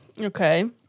Okay